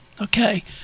Okay